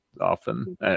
often